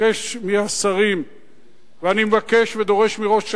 אני מבקש מהשרים ואני מבקש ודורש מראש הממשלה,